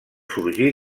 sorgir